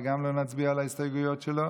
ולא נצביע גם על ההסתייגויות שלו,